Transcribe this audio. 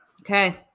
Okay